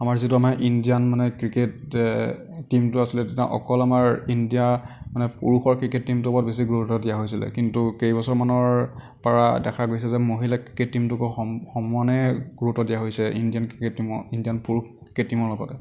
আমাৰ যিটো আমাৰ ইণ্ডিয়ান মানে ক্ৰিকেট এ টিমটো আছিলে তেতিয়া অকল আমাৰ ইণ্ডিয়া মানে পুৰুষৰ ক্ৰিকেট টিমটোৰ ওপৰত বেছি গুৰুত্ব দিয়া হৈছিলে কিন্তু কেইবছৰমানৰ পৰা দেখা গৈছে যে মহিলা ক্ৰিকেট টিমটোকো সমানে গুৰুত্ব দিয়া হৈছে ইণ্ডিয়ান ক্ৰিকেট টিমৰ ইণ্ডিয়ান পুৰুষ ক্ৰিকেট টিমৰ লগতে